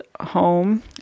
home